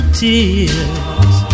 tears